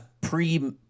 pre